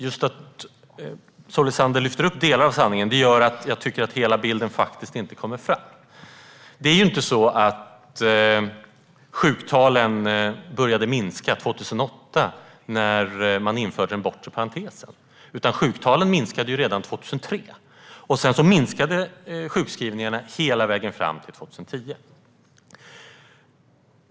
Just att Solveig Zander lyfter upp delar av sanningen gör att jag tycker att hela bilden faktiskt inte kommer fram. Det är inte så att sjuktalen började minska 2008, när man införde den bortre parentesen, utan sjuktalen minskade redan 2003. Sedan minskade sjukskrivningarna hela vägen fram till 2010.